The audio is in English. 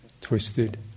Twisted